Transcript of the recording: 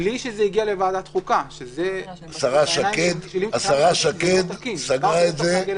בלי שזה הגיע לוועדת החוקה, שזה בעיניי לא תקין.